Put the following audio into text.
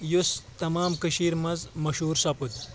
یُس تمام کٔشیٖر منٛز مشہوٗر سپُد